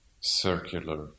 circular